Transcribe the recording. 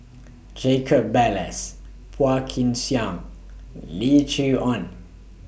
Jacob Ballas Phua Kin Siang Lim Chee Onn